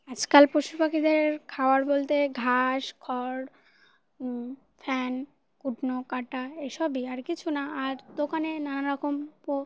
আজকাল পশু পাখিদের খাবার বলতে ঘাস খড় ফ্যান কুটনো কাটা এসবই আর কিছু না আর দোকানে নানারকম প